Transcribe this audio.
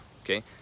okay